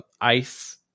ICE